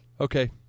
okay